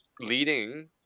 leading